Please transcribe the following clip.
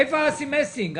איפה אסי מסינג?